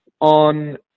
on